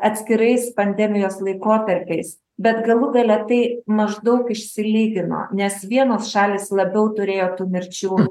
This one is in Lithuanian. atskirais pandemijos laikotarpiais bet galų gale tai maždaug išsilygino nes vienos šalys labiau turėjo tų mirčių